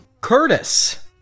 Curtis